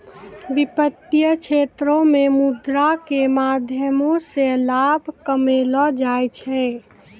वित्तीय क्षेत्रो मे मुद्रा के माध्यमो से लाभ कमैलो जाय छै